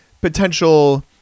potential